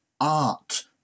art